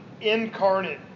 incarnate